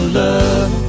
love